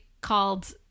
called